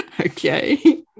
Okay